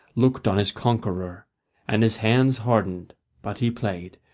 looked on his conqueror and his hands hardened but he played,